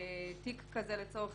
אנחנו